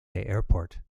airport